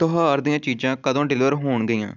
ਤਿਉਹਾਰ ਦੀਆਂ ਚੀਜ਼ਾਂ ਕਦੋਂ ਡਿਲੀਵਰ ਹੋਣਗੀਆਂ